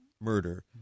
murder